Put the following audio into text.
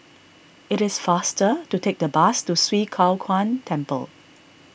it is faster to take the bus to Swee Kow Kuan Temple